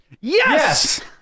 yes